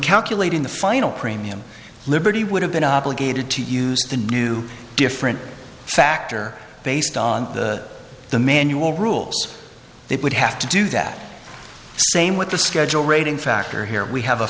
calculating the final premium liberty would have been obligated to use the new different factor based on the manual rules it would have to do that same with the schedule rating factor here we have a